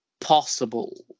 possible